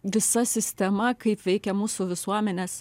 visa sistema kaip veikia mūsų visuomenes